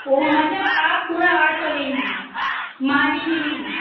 او ہو مطلب آپ پورا آٹھ سو لیں گی مانیں گی نہیں